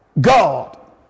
God